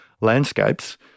landscapes